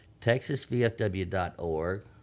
texasvfw.org